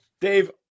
Dave